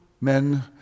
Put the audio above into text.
men